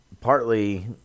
partly